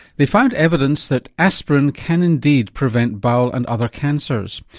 they found evidence that aspirin can indeed prevent bowel and other cancers.